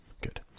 good